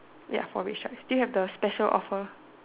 ya four red stripes do you have the special offer